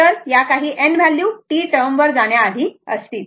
तर काही n value T term वर जान्या आधी असतील